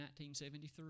1973